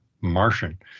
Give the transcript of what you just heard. Martian